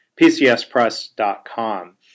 pcspress.com